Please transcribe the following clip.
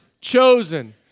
chosen